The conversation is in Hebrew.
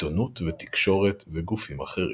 עיתונות ותקשורת וגופים אחרים.